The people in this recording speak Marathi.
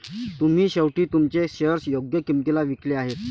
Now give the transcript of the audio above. तुम्ही शेवटी तुमचे शेअर्स योग्य किंमतीला विकले आहेत